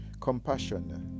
compassion